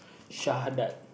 Shahalat